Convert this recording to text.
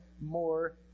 more